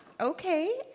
Okay